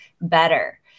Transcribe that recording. better